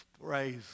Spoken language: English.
Praise